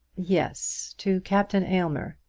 yes to captain aylmer.